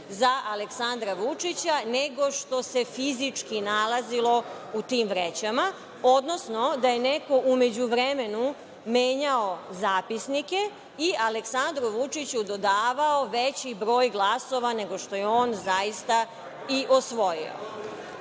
za Aleksandra Vučića nego što se fizički nalazilo u tim vrećama, odnosno da je neko u međuvremenu menjao zapisnike i Aleksandru Vučiću dodavao veći broj glasova nego što je on zaista i osvojio. Nakon